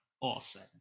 awesome